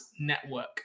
Network